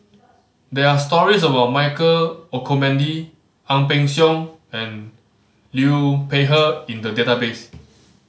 there are stories about Michael Olcomendy Ang Peng Siong and Liu Peihe in the database